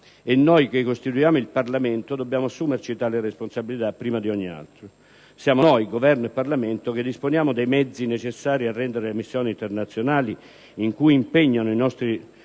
E noi, che costituiamo il Parlamento, dobbiamo assumerci tale responsabilità prima di ogni altro. Siamo noi, Parlamento e Governo, che disponiamo dei mezzi necessari a rendere le missioni internazionali, in cui impegniamo i nostri